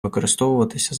використовуватися